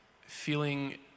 feeling